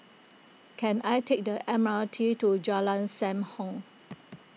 can I take the M R T to Jalan Sam Heng